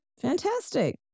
Fantastic